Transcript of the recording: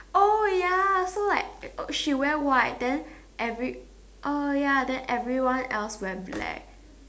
oh ya so like she wear white then every uh ya then everyone else wear black